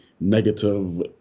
negative